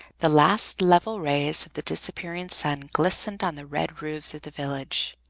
the last level rays of the disappearing sun glistened on the red roofs of the village,